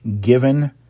given